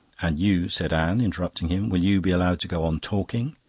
and you, said anne, interrupting him, will you be allowed to go on talking?